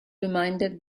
reminded